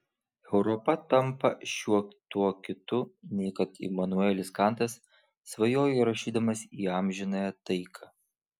europa tampa šiuo tuo kitu nei kad imanuelis kantas svajojo rašydamas į amžinąją taiką